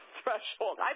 threshold